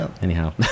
anyhow